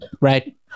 right